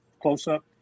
close-up